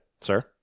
Sir